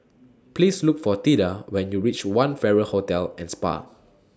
Please Look For Theda when YOU REACH one Farrer Hotel and Spa